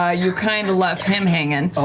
ah you kind of left him hanging. ah